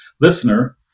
listener